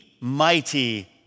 mighty